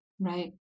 Right